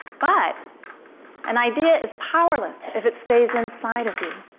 but an idea is powerless if it stays inside of you.